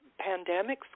Pandemics